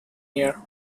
year